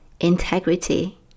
integrity